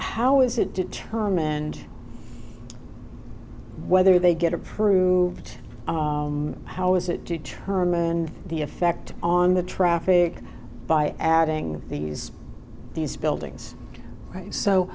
how is it determined whether they get approved how is it determined the effect on the traffic by adding these these buildings so